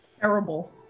terrible